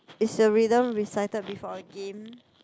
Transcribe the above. is a rhythm recited before a game